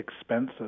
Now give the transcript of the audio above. expensive